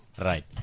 Right